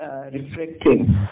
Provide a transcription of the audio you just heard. reflecting